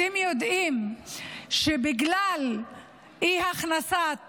אתם יודעים שבגלל אי-הכנסת